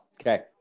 okay